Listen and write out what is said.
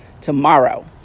tomorrow